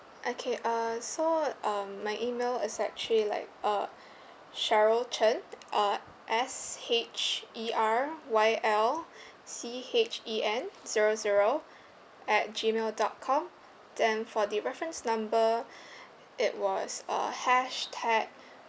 okay uh so um my email is actually like uh sheryl chen uh S H E R Y L C H E N zero zero at gmail dot com then for the reference number it was uh hash tag